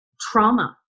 trauma